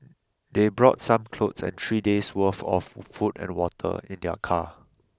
they brought some clothes and three days' worth of food and water in their car